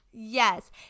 Yes